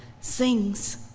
sings